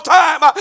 time